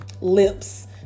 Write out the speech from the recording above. Lips